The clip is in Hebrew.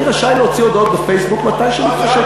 אני רשאי להוציא הודעות בפייסבוק מתי שמתחשק לי.